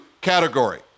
category